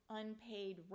unpaid